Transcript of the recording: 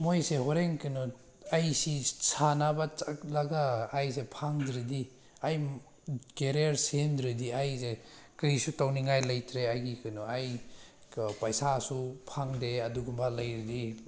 ꯃꯣꯏꯁꯦ ꯍꯣꯔꯦꯟ ꯀꯩꯅꯣ ꯑꯩ ꯁꯤ ꯁꯥꯟꯅꯕ ꯆꯠꯂꯒ ꯑꯩꯁꯦ ꯐꯪꯗ꯭ꯔꯗꯤ ꯑꯩ ꯀꯦꯔꯤꯌꯥꯔ ꯁꯦꯝꯗ꯭ꯔꯗꯤ ꯑꯩꯁꯦ ꯀꯔꯤꯁꯨ ꯇꯧꯅꯤꯡꯉꯥꯏ ꯂꯩꯇ꯭ꯔꯦ ꯑꯩꯒꯤ ꯀꯩꯅꯣ ꯑꯩ ꯄꯩꯁꯥꯁꯨ ꯐꯪꯗꯦ ꯑꯗꯨꯒꯨꯝꯕ ꯂꯩꯔꯗꯤ